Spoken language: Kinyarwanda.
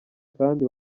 kandi